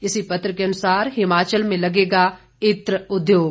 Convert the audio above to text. इसी पत्र के अनुसार हिमाचल में लगेगा इत्र उद्योग